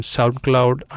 SoundCloud